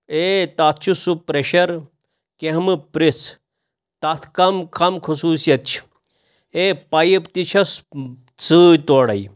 A تَتھ چھُ سُہ پرٛیٚشَر کیٚنہہ مہٕ پِرٛژھ تَتھ کَم کَم خصوٗصیت چھِ اے پایپ تہِ چھَس سۭتۍ تورَے